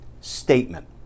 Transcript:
statement